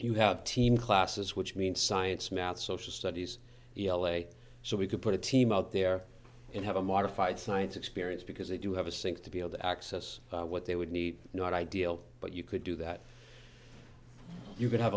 you have team classes which means science math social studies l a so we could put a team out there and have a modified science experience because they do have a sync to be able to access what they would need not ideal but you could do that you could have